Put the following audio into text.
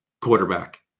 quarterback